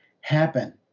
happen